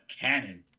cannon